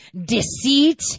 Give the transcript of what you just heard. deceit